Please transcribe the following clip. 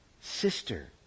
sister